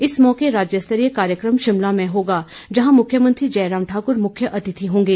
इस मौके राज्य स्तरीय कार्यक्रम शिमला में होगा जहां मुख्यमंत्री जयराम ठाक्र मुख्य अतिथि होंगे